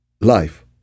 life